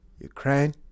ukraine